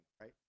right